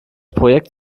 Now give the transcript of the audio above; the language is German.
projekt